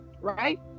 Right